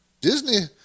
Disney